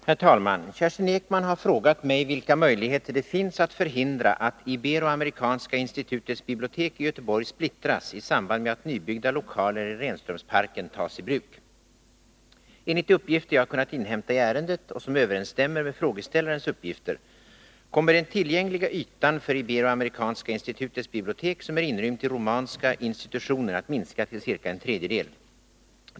Herr talman! Kerstin Ekman har frågat mig om vilka möjligheter det finns att förhindra att Ibero-amerikanska institutets bibliotek i Göteborg splittras i samband med att nybyggda lokaler i Renströmsparken tas i bruk. Enligt de uppgifter jag har kunnat inhämta i ärendet och som överensstämmer med frågeställarens uppgifter, kommer den tillgängliga ytan för Ibero-amerikanska institutets bibliotek, som är inrymt i romanska institutionen, att minska till ca en tredjedel.